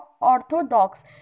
orthodox